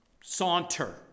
saunter